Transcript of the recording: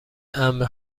عمه